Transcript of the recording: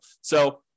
So-